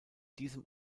diesem